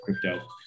crypto